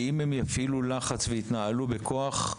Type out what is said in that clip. שאם הם יפעילו לחץ ויתנהגו בכוח,